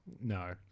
No